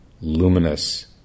luminous